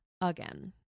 again